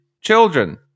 children